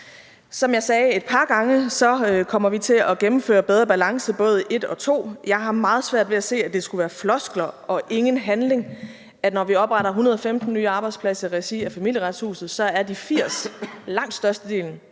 Som jeg sagde et par gange, kommer vi til at gennemføre »Bedre Balance«, både I og II. Jeg har meget svært ved at se, at det skulle være floskler og ingen handling. Når vi opretter 115 nye arbejdspladser i regi af Familieretshuset, er de 80, langt størstedelen,